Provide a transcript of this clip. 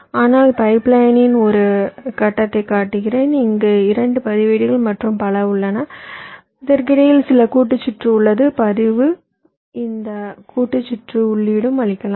ஆனால் பைப்லைன்னின் ஒரு கட்டத்தைக் காட்டுகிறேன் இங்கு இரண்டு பதிவேடுகள் மற்றும் பல உள்ளன இதற்கிடையில் சில கூட்டு சுற்று உள்ளது பதிவு இந்த கூட்டு சுற்றுக்கு உள்ளீடு அளிக்கலாம்